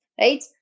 right